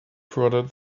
prodded